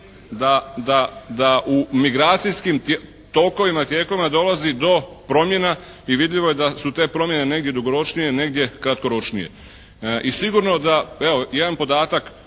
da u migracijskim tokovima, tijekovima dolazi do promjena i vidljivo je da su te promjene negdje dugoročnije, negdje kratkoročnije. I sigurno da evo jedan podatak